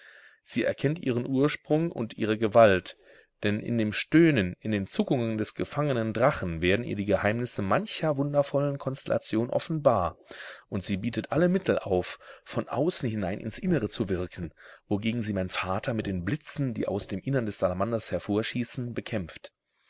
sie erkennt ihren ursprung und ihre gewalt denn in dem stöhnen in den zuckungen des gefangenen drachen werden ihr die geheimnisse mancher wundervollen konstellation offenbar und sie bietet alle mittel auf von außen hinein ins innere zu wirken wogegen sie mein vater mit den blitzen die aus dem innern des salamanders hervorschießen bekämpft